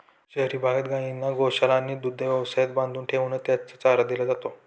शहरी भागात गायींना गोशाळा आणि दुग्ध व्यवसायात बांधून ठेवूनच त्यांना चारा दिला जातो